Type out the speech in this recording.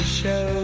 show